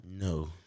No